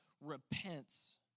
repents